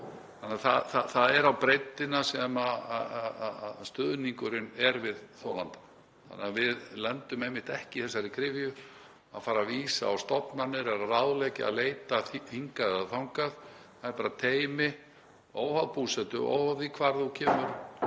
Þannig að það er á breiddina sem stuðningurinn er við þolandann, svo að við lendum einmitt ekki í þeirri gryfju að fara að vísa á stofnanir eða að ráðleggja að leita hingað eða þangað. Það er bara teymi, óháð búsetu, óháð því hvar þú kemur